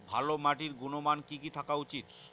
ভালো মাটির গুণমান কি কি থাকা উচিৎ?